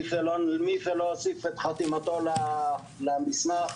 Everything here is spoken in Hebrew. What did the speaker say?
מי שלא הוסיף את חתימתו למסמך,